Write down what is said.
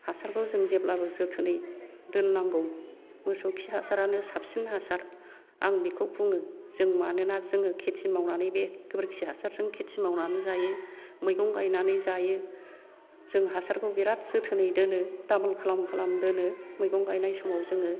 हासारखौ जों जेब्लाबो जोथोनै दोननांगौ मोसौ खि हासारानो साबसिन हासार आं बेखौ बुंङो जों मानोना जों खेथि मावनानै बे गोबोरखि हासारजों जों खेथि मावनानै जायो मैगं गायनानै जायो जों हासारखौ बिराद जोथोनै दोनो दामोल खालाम खालाम दोनो मैगं गायनाय समाव जोङो